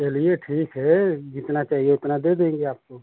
चलिए ठीक है जितना चाहिए उतना दे देंगी आपको